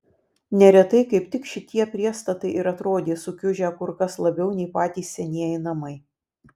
neretai kaip tik šitie priestatai ir atrodė sukiužę kur kas labiau nei patys senieji namai